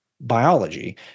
biology